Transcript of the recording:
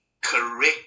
correct